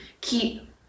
keep